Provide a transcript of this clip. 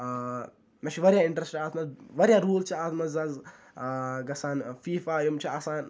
مےٚ چھُ واریاہ اِنٹرسٹ اَتھ مَنٛز واریاہ روٗل چھِ اَتھ مَنٛز آز گَژھان فیفا یِم چھِ آسان